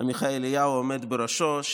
עמיחי אליהו עומד בראשו,